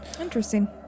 Interesting